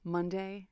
Monday